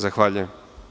Zahvaljujem.